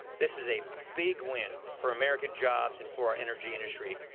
this is a big win for american jobs and for our energy industry,